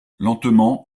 lentement